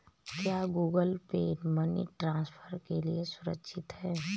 क्या Google Pay money transfer के लिए सुरक्षित है?